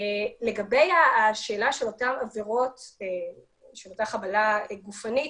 לגבי השאלות של אותן חבלה גופנית,